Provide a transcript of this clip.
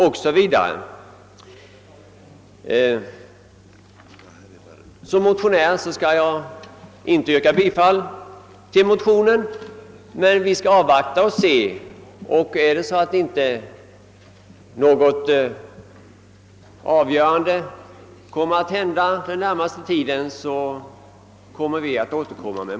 Trots att jag är motionär skall jag inte yrka bifall till motionen. Vi skall avvakta utvecklingen, och är det så att ingenting avgörande händer under den närmaste tiden återkommer vi med en motion i denna fråga.